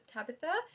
Tabitha